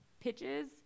pitches